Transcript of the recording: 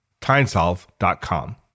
TimeSolve.com